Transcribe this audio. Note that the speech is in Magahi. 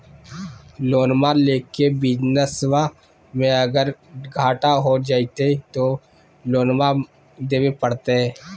लोनमा लेके बिजनसबा मे अगर घाटा हो जयते तो लोनमा देवे परते?